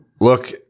Look